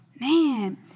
Man